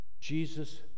Jesus